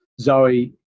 Zoe